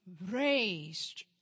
raised